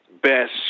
Best